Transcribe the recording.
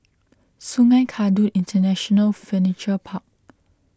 Sungei Kadut International Furniture Park